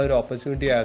opportunity